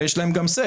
ויש להן גם אמירה,